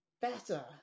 better